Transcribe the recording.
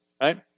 right